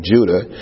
Judah